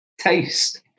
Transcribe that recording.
Taste